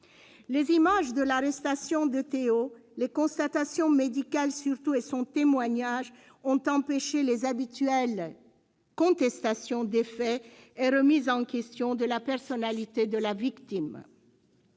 Les images de l'arrestation de Théo, les constatations médicales surtout et son témoignage ont empêché les habituelles contestations des faits et remises en question de la personnalité de la victime.